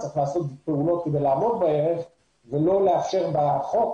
צריך לעשות פעולות כדי לעמוד בערך ולא לאפשר בחוק